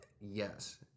Yes